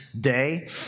Day